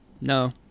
No